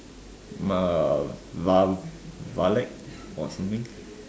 Va~ Va~ Valak or something